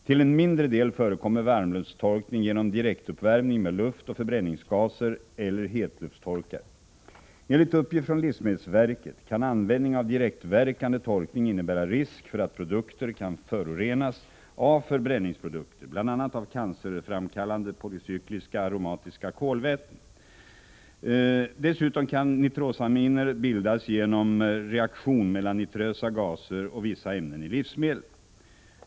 Till en mindre del förekommer varmluftstorkning genom direktuppvärmning med luft och förbränningsgaser eller hetluftstorkar. Enligt uppgift från livsmedelsverket kan användning av direktverkande torkning innebära risk för att produkter kan förorenas av förbränningsprodukter, bl.a. av cancerframkallande polycykliska aromatiska kolväten. Dessutom kan nitrosaminer bildas genom reaktion mellan nitrösa gaser och vissa ämnen i livsmedel.